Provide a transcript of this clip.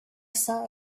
saw